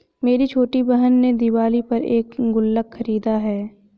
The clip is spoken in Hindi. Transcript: मेरी छोटी बहन ने दिवाली पर एक गुल्लक खरीदा है